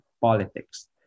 politics